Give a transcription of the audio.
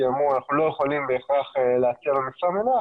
אמרו שהם לא יכולים בהכרח לייצר לו משרה מלאה,